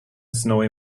snowy